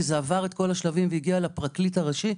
כי זה עבר את כל השלבים והגיע לפרקליט הראשי.